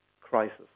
crisis